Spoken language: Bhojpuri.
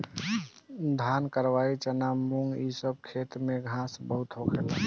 धान, कराई, चना, मुंग इ सब के खेत में घास बहुते होला